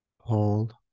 Hold